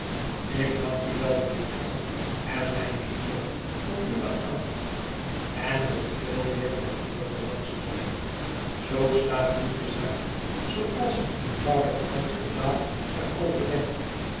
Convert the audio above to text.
ik dank u wel mejufvrouw en mijne heeren voor uwe aandacht en nog veel meer voor uwe belangstelling zoo staat nu de zaak zooals een eenvoudig oud soldaat er over denkt